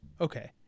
okay